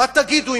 מה תגידו,